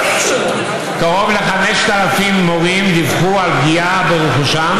קרוב ל-5,000 מורים דיווחו על פגיעה ברכושם